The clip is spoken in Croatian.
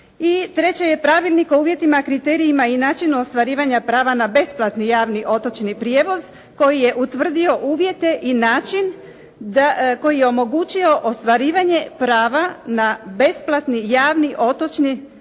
treće je Pravilnik o uvjetima, kriterijima i načinu ostvarivanja prava na besplatni javni otočni prijevoz koji je utvrdio uvjete i način, koji je omogućio ostvarivanje prava na besplatni javni otočni, cestovni